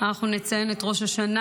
אנחנו נציין את ראש השנה,